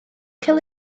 cael